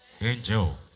Angel